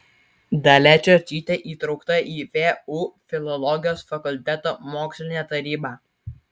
dalia čiočytė įtraukta į vu filologijos fakulteto mokslinę tarybą